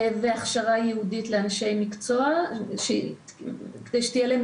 והכשרה ייעודית לאנשי מקצוע כדי שתהיה להם